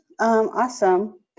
Awesome